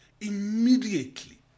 immediately